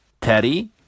Teddy